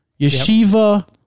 Yeshiva